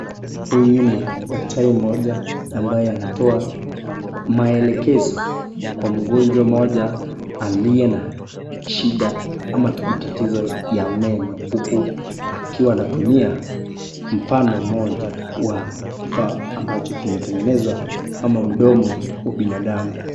Huyu ni daktari moja ambaye anatoa maelekezo Kwa mgonjwa moja aliye na shida ama matatizo ya meno huku akiwa anatumia mfano moja wa kifaa ambocho kimetengenezwa kama mdomo wa binadamu.